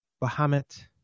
Bahamut